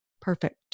perfect